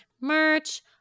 Merch